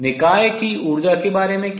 निकाय की ऊर्जा के बारे में क्या